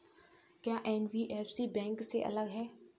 क्या NBFC bank से अलग है?